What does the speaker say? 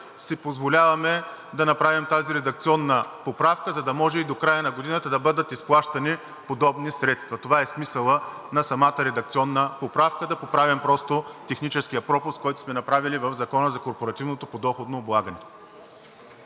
си позволяваме да направим тази редакционна поправка, за да може и до края на годината да бъдат изплащани подобни средства. Това е смисълът на самата редакционна поправка – да поправим просто техническия пропуск, който сме направили в Закона за корпоративното подоходно облагане.